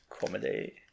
comedy